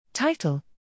Title